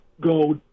go